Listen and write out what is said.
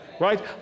Right